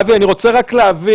אבי, אני רוצה רק להבין